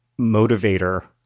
motivator